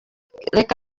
reka